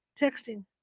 texting